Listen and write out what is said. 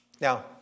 Now